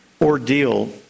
Ordeal